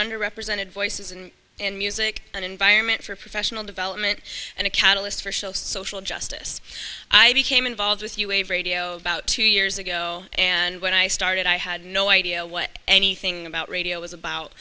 under represented voices and and music an environment for professional development and a catalyst for show social justice i became involved with you wave radio about two years ago and when i started i had no idea what anything about radio was about